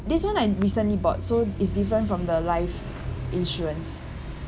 this [one] I recently bought so it's different from the life insurance